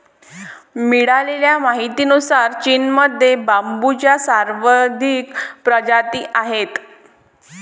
मिळालेल्या माहितीनुसार, चीनमध्ये बांबूच्या सर्वाधिक प्रजाती आहेत